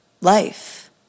life